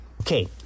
Okay